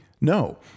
No